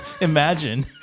Imagine